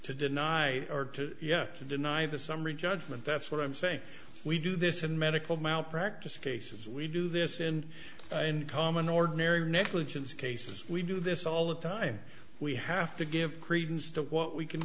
to deny or to yeah to deny the summary judgment that's what i'm saying we do this in medical malpractise cases we do this and in common ordinary negligence cases we do this all the time we have to give